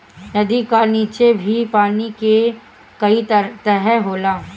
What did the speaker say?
नदी का नीचे भी पानी के कई तह होला